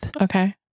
Okay